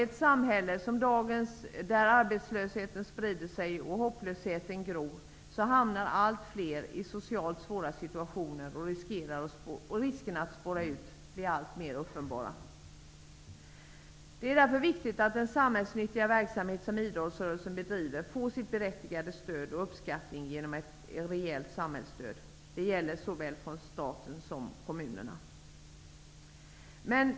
I ett samhälle som dagens, där arbetslösheten sprider sig och hopplösheten gror, hamnar allt fler i socialt svåra situationer. Riskerna att spåra ur blir allt mer uppenbara. Det är därför viktigt att den samhällsnyttiga verksamhet som idrottsrörelsen bedriver får sitt berättigade stöd och sin uppskattning genom ett rejält samhällsstöd från såväl staten som kommunerna.